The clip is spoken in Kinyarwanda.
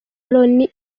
loni